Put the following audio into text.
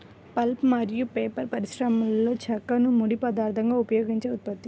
pulp మరియు paper పరిశ్రమలోచెక్కను ముడి పదార్థంగా ఉపయోగించే ఉత్పత్తి